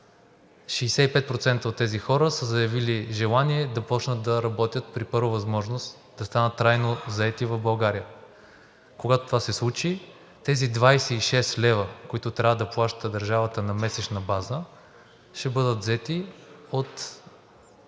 65% от тези хора са заявили желание да започнат да работят и при възможност да станат трайно заети в България. Когато това се случи, тези 26 лв., които трябва да плаща държавата на месечна база, ще бъдат взети от